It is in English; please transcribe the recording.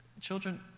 children